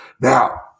now